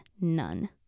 none